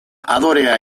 adorea